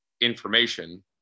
information